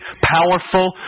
powerful